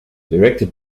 directed